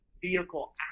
vehicle